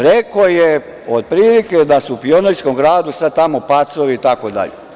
Rekao je otprilike da su u Pionirskom gradu sad tamo pacovi, itd.